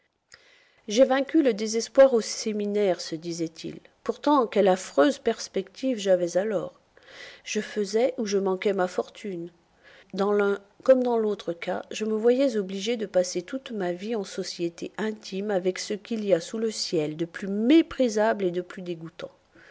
j'ai vaincu le désespoir au séminaire se disait-il pourtant quelle affreuse perspective j'avais alors je faisais ou je manquais ma fortune dans l'un comme dans l'autre cas je me voyais obligé de passer toute ma vie en société intime avec ce qu'il y a sous le ciel de plus méprisable et de plus dégoûtant